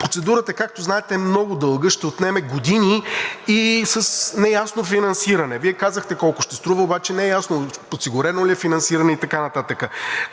Процедурата, както знаете, е много дълга, ще отнеме години и с неясно финансиране. Вие казахте колко ще струва, но не е ясно подсигурено ли е финансиране и така нататък.